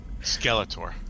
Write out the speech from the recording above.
Skeletor